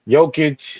Jokic